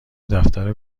دفتر